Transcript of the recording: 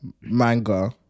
manga